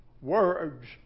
words